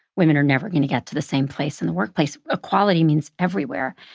women are never going to get to the same place in the workplace. equality means everywhere.